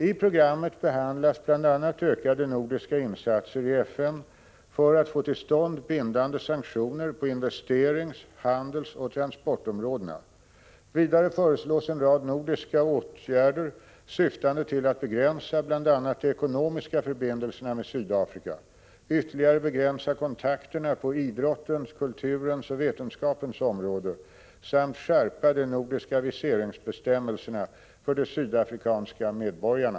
I programmet behandlas bl.a. ökade nordiska insatser i FN för att få till stånd bindande sanktioner på investerings-, handelsoch transportområdena. Vidare föreslås en rad nordiska åtgärder syftande till att begränsa bl.a. de ekonomiska förbindelserna med Sydafrika, ytterligare begränsa kontakterna Prot. 1985/86:7 på idrottens, kulturens och vetenskapens område samt skärpa de nordiska — 10 oktober 1985 viseringsbestämmelserna för sydafrikanska medborgare.